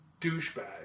douchebag